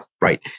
Right